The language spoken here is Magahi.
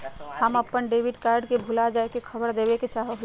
हम अप्पन डेबिट कार्ड के भुला जाये के खबर देवे चाहे हियो